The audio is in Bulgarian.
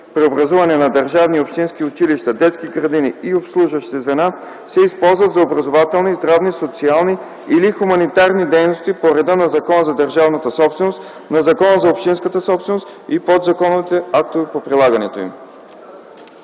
преобразуване на държавни и общински училища, детски градини и обслужващи звена, се използват за образователни, здравни, социални или хуманитарни дейности по реда на Закона за държавната собственост, на Закона за общинската собственост и подзаконовите актове по прилагането им.”